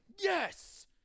yes